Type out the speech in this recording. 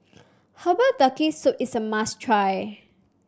Herbal Turtle Soup is a must try